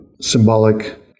symbolic